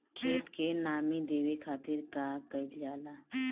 खेत के नामी देवे खातिर का कइल जाला?